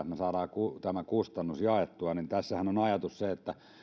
me saamme tämän kustannuksen jaettua tässähän on on ajatus se että